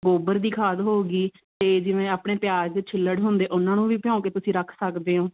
ਗੋਬਰ ਦੀ ਖਾਦ ਹੋ ਗਈ ਅਤੇ ਜਿਵੇਂ ਆਪਣੇ ਪਿਆਜ ਦੇ ਛਿੱਲੜ ਹੁੰਦੇ ਉਹਨਾਂ ਨੂੰ ਵੀ ਭਿਉਂ ਕੇ ਤੁਸੀਂ ਰੱਖ ਸਕਦੇ ਹੋ